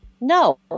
No